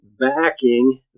backing